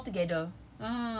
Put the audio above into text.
it will be altogether